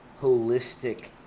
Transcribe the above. holistic